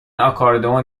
آکاردئون